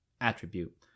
attribute